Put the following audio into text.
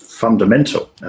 Fundamental